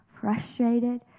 frustrated